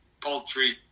poultry